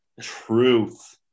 Truth